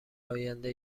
آینده